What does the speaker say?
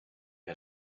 que